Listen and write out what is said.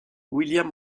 william